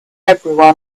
everyone